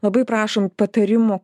labai prašom patarimų